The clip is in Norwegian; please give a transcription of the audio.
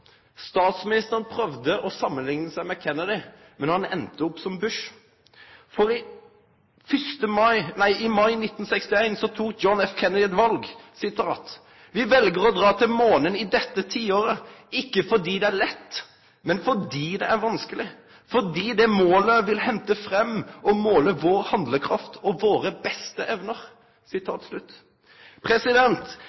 Statsministeren prøvde å samanlikne seg med Kennedy, men han enda opp som Bush. I mai i 1961 tok John F. Kennedy eit val: «Vi velger å dra til månen i dette tiåret, ikke fordi det er lett, men fordi det er vanskelig. Fordi det målet vil hente fram og måle vår handlekraft og våre beste evner.»